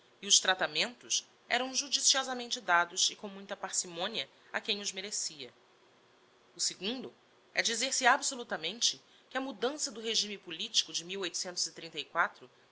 e os tratamentos eram judiciosamente dados e com muita parcimonia a quem os merecia o segundo é dizer-se absolutamente que a mudança do regimen politico de